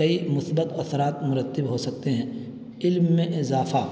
کئی مثبت اثرات مرتب ہو سکتے ہیں علم میں اضافہ